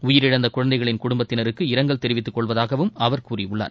உயிரிழந்த குழந்தைகளிள் குடும்பத்தினருக்கு இரங்கல் தெரிவித்தக் கொள்வதாகவும் அவர் கூறியுள்ளார்